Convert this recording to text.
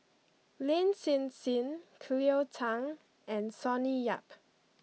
Lin Hsin Hsin Cleo Thang and Sonny Yap